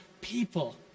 people